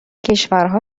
کشورها